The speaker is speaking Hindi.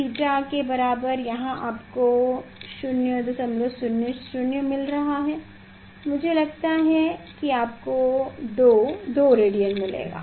थीटा के बराबर यहाँ आपको 000 मिल रहे हैं मुझे लगता है कि आपको 2 2 रेडियन मिलेगा